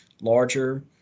larger